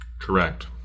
Correct